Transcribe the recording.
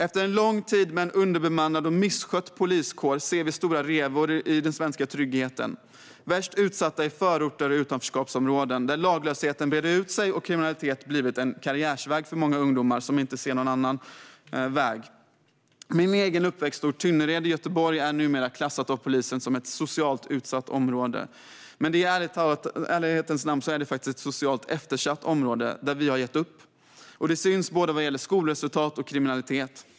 Efter en lång tid med en underbemannad och misskött poliskår ser vi stora revor i den svenska tryggheten. Värst utsatta är förorter och utanförskapsområden där laglösheten breder ut sig och där kriminalitet har blivit en karriärväg för många ungdomar som inte ser någon annan väg. Min egen uppväxtort Tynnered i Göteborg är numera klassad av polisen som ett socialt utsatt område. Men i ärlighetens namn är det ett socialt eftersatt område, där vi har gett upp. Det syns både vad gäller skolresultat och vad gäller kriminalitet.